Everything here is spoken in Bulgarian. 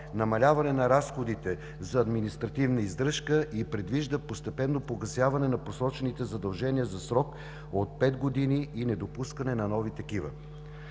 намаляване на разходите за административна издръжка и предвижда постепенно погасяване на просрочените задължения за срок от 5 години и недопускане на нови такива.